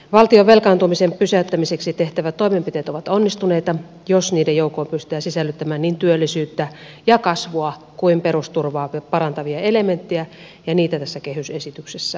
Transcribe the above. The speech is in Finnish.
valtion velkaantumisen pysäyttämiseksi tehtävät toimenpiteet ovat onnistuneita jos niiden joukkoon pystytään sisällyttämään niin työllisyyttä ja kasvua kuin perusturvaa parantavia elementtejä ja niitä tässä kehysesityksessä on